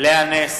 לאה נס,